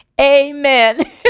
Amen